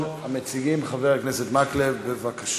ראשון המציעים, חבר הכנסת מקלב, בבקשה.